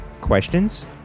Questions